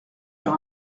sur